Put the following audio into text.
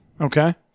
Okay